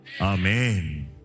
Amen